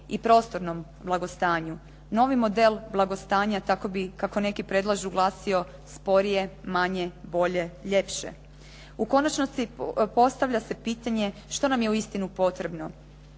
i prostornom blagostanju. Novi model blagostanja kako bi kako neki predlažu glasio sporije, manje, bolje, ljepše. U konačnosti postavlja se pitanje što nam je uistinu potrebno?